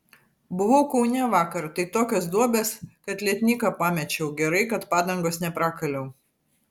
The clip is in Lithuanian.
buvau kaune vakar tai tokios duobės kad lietnyką pamečiau gerai kad padangos neprakaliau